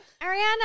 Ariana